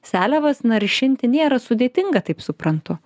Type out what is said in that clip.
seliavas naršinti nėra sudėtinga taip suprantu